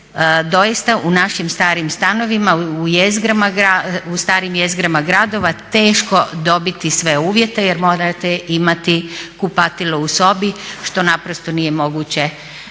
doista u našim starim stanovima u starim jezgrama gradova teško dobiti sve uvjete jer morate imati kupatilo u sobi što naprosto nije moguće